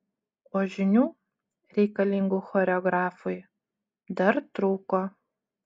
o žinių reikalingų choreografui dar trūko